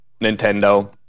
Nintendo